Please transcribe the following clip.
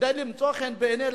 כדי למצוא חן בעיני,